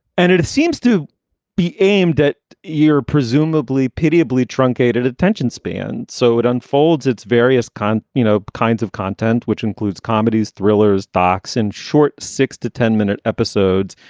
and it it seems to be aimed at your presumably pitiably truncated attention span. so it unfolds its various kinds, you know, kinds of content, which includes comedies, thrillers, box and short, six to ten minute episodes.